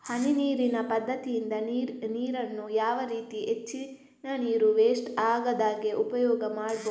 ಹನಿ ನೀರಿನ ಪದ್ಧತಿಯಿಂದ ನೀರಿನ್ನು ಯಾವ ರೀತಿ ಹೆಚ್ಚಿನ ನೀರು ವೆಸ್ಟ್ ಆಗದಾಗೆ ಉಪಯೋಗ ಮಾಡ್ಬಹುದು?